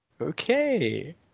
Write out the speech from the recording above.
Okay